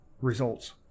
results